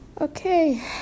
okay